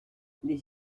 les